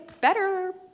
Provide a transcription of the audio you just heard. better